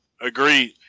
Agreed